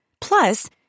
Plus